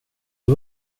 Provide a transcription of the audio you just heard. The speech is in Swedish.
det